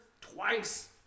twice